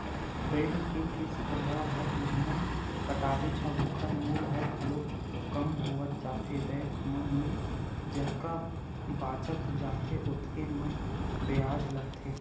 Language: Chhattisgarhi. बेंक के किस्त ल हर महिना पटाबे त ओखर मूल ह घलोक कम होवत जाथे बेंक म मूल जतका बाचत जाथे ओतके म बियाज लगथे